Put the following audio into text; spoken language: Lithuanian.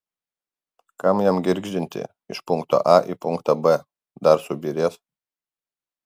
kam jam girgždinti iš punkto a į punktą b dar subyrės